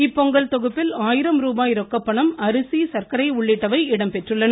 இப்பொங்கல் தொகுப்பில் ஆயிரம் ரூபாய் ரொக்கப்பணம் அரிசி சர்க்கரை உள்ளிட்டவை இடம்பெற்றுள்ளன